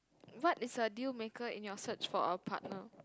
what is your dealmaker in your search for a partner